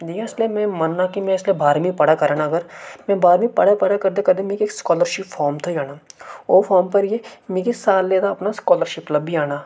नेईं इसलै में मन्नना कि में इसलै बारह्मीं पढ़ा करनां अगर मैं बारह्मीं पढ़ै पढ़ै करदे कदें मिगी स्कालरशिप फार्म थ्होई जाना ओह् फार्म भरियै मिगी सालै दा अपना दा स्कालरशिप लब्भी जाना